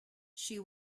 she